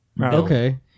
Okay